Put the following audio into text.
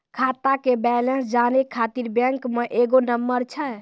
खाता के बैलेंस जानै ख़ातिर बैंक मे एगो नंबर छै?